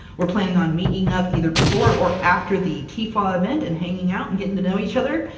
we're planning on meeting up either before or after the tfaw event and hanging out and getting to know each other,